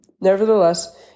Nevertheless